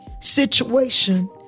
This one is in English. situation